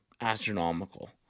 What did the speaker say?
astronomical